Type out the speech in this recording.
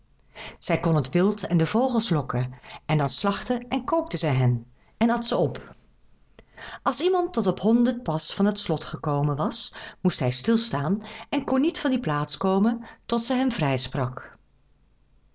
zij kon het wild en de vogels lokken en dan slachtte en kookte zij hen en at ze op als iemand tot op honderd pas van het slot gekomen was moest hij stil staan en kon niet van die plaats komen tot zij hem vrijsprak